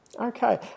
Okay